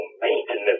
maintenance